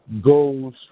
goes